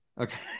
Okay